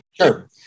Sure